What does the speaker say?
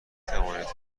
توانید